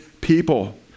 people